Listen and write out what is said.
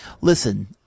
Listen